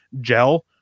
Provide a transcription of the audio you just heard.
gel